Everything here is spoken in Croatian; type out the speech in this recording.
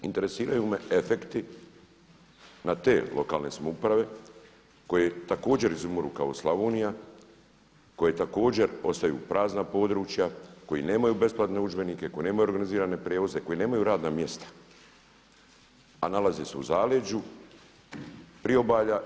Interesiraju me efekti na te lokalne samouprave koje također izumiru kao Slavonija, koje također ostaju prazna područja, koji nemaju besplatne udžbenike, koji nemaju organizirane prijevoze, koji nemaju radna mjesta, a nalaze se u zaleđu priobalja.